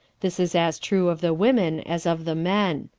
this is as true of the women as of the men.